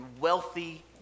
wealthy